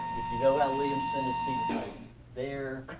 if you know al williamson, he's seated right there,